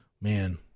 man